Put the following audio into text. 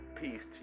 peace